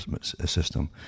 system